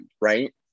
right